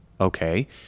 Okay